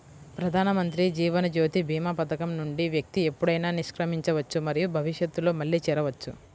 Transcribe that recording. ప్రధానమంత్రి జీవన్ జ్యోతి భీమా పథకం నుండి వ్యక్తి ఎప్పుడైనా నిష్క్రమించవచ్చు మరియు భవిష్యత్తులో మళ్లీ చేరవచ్చు